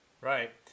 Right